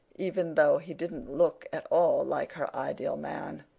even though he didn't look at all like her ideal man.